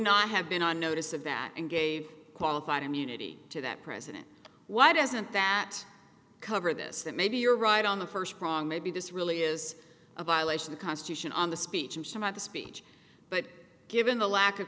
not have been on notice of that and gave qualified immunity to that president why doesn't that cover this that maybe you're right on the first prong maybe this really is a violation the constitution on the speech and some of the speech but given the lack of